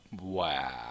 Wow